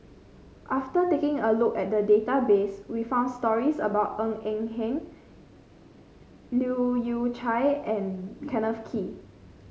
after taking a look at the database we found stories about Ng Eng Hen Leu Yew Chye and Kenneth Kee